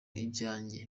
ibyanjye